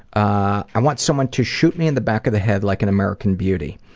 i want someone to shoot me in the back of the head like in american beauty.